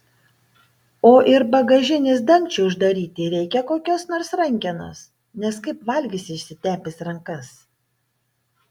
o ir bagažinės dangčiui uždaryti reikia kokios nors rankenos nes kaip valgysi išsitepęs rankas